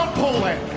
poland,